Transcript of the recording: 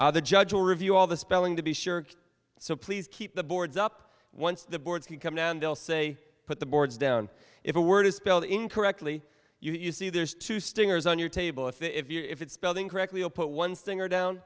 the judge will review all the spelling to be sure so please keep the boards up once the boards can come down they'll say put the boards down if a word is spelled incorrectly you see there's two stingers on your table if if it's spelled incorrectly or put one stinger down